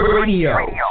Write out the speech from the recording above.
Radio